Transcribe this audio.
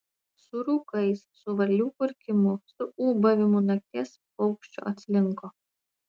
su rūkais su varlių kurkimu su ūbavimu nakties paukščio atslinko